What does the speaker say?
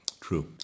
True